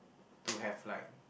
to have like